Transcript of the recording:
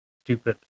stupid